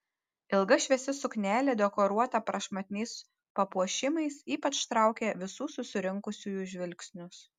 ilga šviesi suknelė dekoruota prašmatniais papuošimais ypač traukė visų susirinkusiųjų žvilgsnius